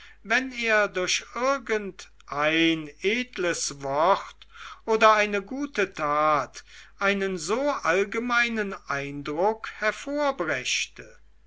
wenn er durch irgend ein edles wort oder eine gute tat einen so allgemeinen eindruck